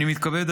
אני מתכבד,